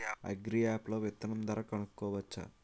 Agri app లో విత్తనం ధర కనుకోవచ్చా?